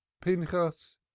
Pinchas